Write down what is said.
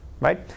Right